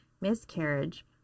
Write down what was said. miscarriage